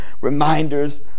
reminders